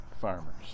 farmers